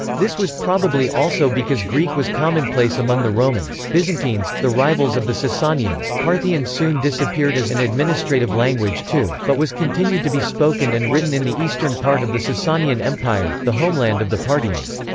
this was probably also because greek was commonplace among the romans byzantines, the rivals of the sasanians. parthian soon disappeared as an administrative language too, but was continued to be spoken and written in the eastern part of the sasanian empire, the homeland of the parthians.